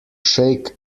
shake